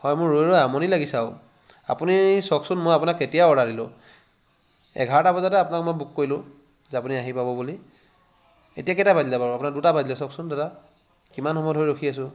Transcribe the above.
হয় মোৰ ৰৈ ৰৈ আমনি লাগিছে আৰু আপুনি চাওকচোন মই আপোনাক কেতিয়া অৰ্ডাৰ দিলোঁ এঘাৰটা বজাতে আপোনাক মই বুক কৰিলোঁ যে আপুনি আহি পাব বুলি এতিয়া কেইটা বাজিলে বাৰু আপোনাৰ দুটা বাজিলে চাওকচোন দাদা কিমান সময় ধৰি ৰখি আছোঁ